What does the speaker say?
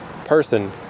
person